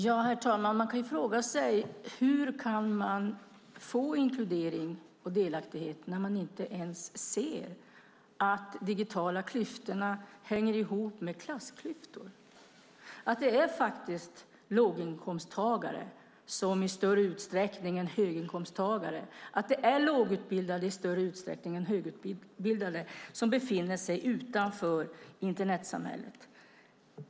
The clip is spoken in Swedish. Herr talman! Man kan fråga sig hur vi kan få inkludering och delaktighet när ni inte ens ser att de digitala klyftorna hänger ihop med klassklyftor, att det är låginkomsttagare i större utsträckning än höginkomsttagare och lågutbildade i större utsträckning än högutbildade som befinner sig utanför Internetsamhället.